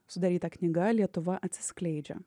sudaryta knyga lietuva atsiskleidžia